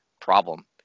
problem